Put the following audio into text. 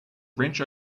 wrench